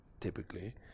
typically